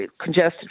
congested